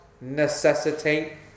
necessitate